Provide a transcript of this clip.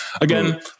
again